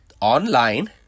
online